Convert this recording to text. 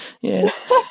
Yes